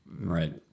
right